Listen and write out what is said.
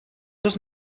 dost